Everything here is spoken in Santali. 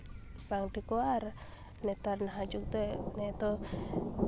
ᱵᱟᱝ ᱴᱷᱤᱠᱚᱜᱼᱟ ᱟᱨ ᱱᱮᱛᱟᱨ ᱱᱟᱦᱟᱜ ᱡᱩᱜᱽ ᱫᱚ